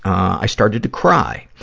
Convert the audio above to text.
i started to cry.